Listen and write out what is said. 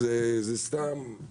אז זה סתם.